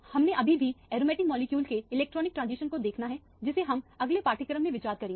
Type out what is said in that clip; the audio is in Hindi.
हमें अभी भी एरोमेटिक मॉलिक्यूल के इलेक्ट्रॉनिक ट्रांजिशन को देखना है जिसे हम अगले पाठ्यक्रम में विचार करेंगे